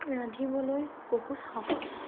ৰান্ধিবলৈ বহুত সহজ